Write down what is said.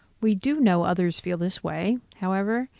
we do know others feel this way. however,